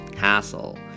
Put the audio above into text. Hassle